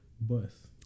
bus